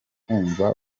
kwumva